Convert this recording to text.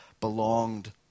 belonged